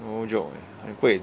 no joke eh 很贵